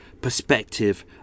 perspective